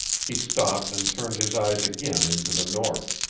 he stopped and turned his eyes again into the north.